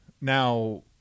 now –